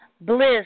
bliss